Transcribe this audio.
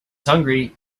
hungry